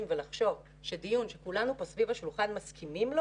ולחשוב שדיון שכולנו פה סביב השולחן מסכימים לו